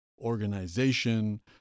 organization